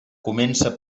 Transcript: comença